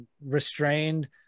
restrained